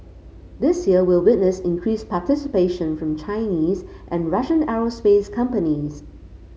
this year will witness increased participation from Chinese and Russian aerospace companies